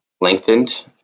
lengthened